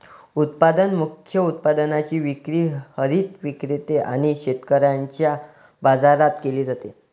उत्पादन मुख्य उत्पादनाची विक्री हरित विक्रेते आणि शेतकऱ्यांच्या बाजारात केली जाते